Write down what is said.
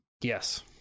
yes